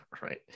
Right